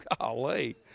Golly